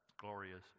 glorious